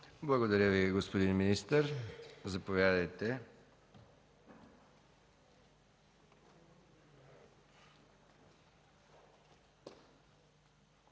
Благодаря Ви, господин министър. Заповядайте